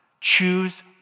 Choose